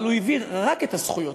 אבל הוא העביר רק את הזכויות,